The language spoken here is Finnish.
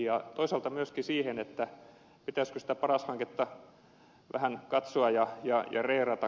ja toisaalta pitäisikö sitä paras hanketta vähän katsoa ja reerata